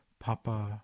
Papa